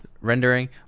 Rendering